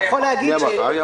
זה